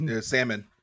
salmon